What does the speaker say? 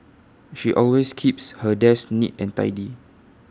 she always keeps her desk neat and tidy